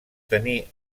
tenir